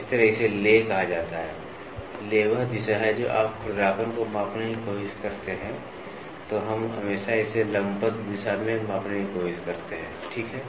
इस तरह इसे ले कहा जाता है ले वह दिशा है जो जब आप खुरदरापन को मापने की कोशिश करते हैं तो हम हमेशा इसे लंबवत दिशा में मापने की कोशिश करते हैं ठीक है